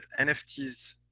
NFTs